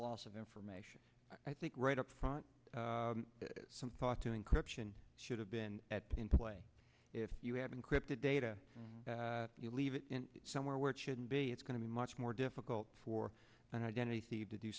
loss of information i think right up front some thought to encryption should have been at in play if you have encrypted data you leave it somewhere where it shouldn't be it's going to be much more difficult for an identity t